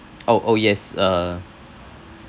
oh oh yes uh